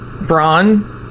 Brawn